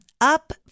Up